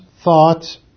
thoughts